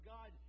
God